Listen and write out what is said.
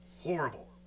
horrible